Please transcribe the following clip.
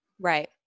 Right